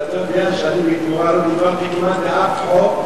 אבל אתה יודע שאני בתמורה לא דיברתי כמעט באף חוק,